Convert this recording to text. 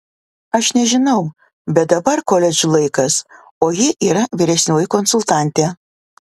aš nežinau bet dabar koledžų laikas o ji yra vyresnioji konsultantė